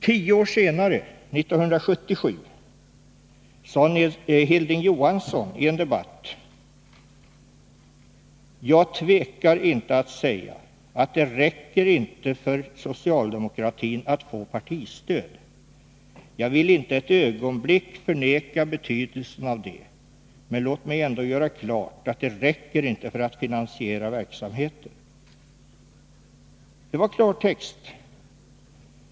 Tio år senare, 1977, sade Hilding Johansson i en debatt: ”Jag tvekar inte Nr 45 att säga att det räcker inte för socialdemokratin att få partistöd. ——— Jag vill Torsdagen den inte ett ögonblick förneka betydelsen av det, men låt mig ändå göra klart att 9 december 1982 det räcker inte för att finansiera verksamheten.” Det var klartext.